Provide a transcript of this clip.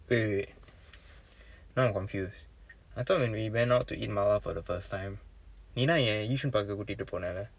wait wait wait now I'm confused I thought when we went out to eat mala for the first time நீதான் என்ன:niithaan enna yishun பக்கம் கூட்டிட்டு போன:pakkam kuutittu pona leh